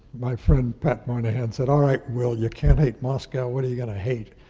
my friend pat moynihan said, all right, well, you can't hate moscow. what are you gonna hate?